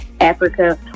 Africa